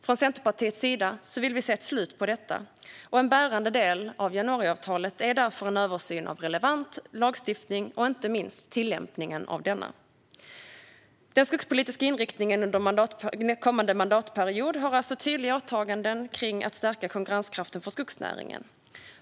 Från Centerpartiets sida vill vi se ett slut på detta, och en bärande del av januariavtalet är därför en översyn av relevant lagstiftning och inte minst tillämpningen av denna. Den skogspolitiska inriktningen under kommande mandatperiod har alltså tydliga åtaganden när det gäller att stärka konkurrenskraften för skogsnäringen.